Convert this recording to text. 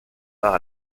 part